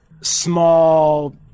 small